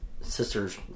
sister's